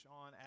on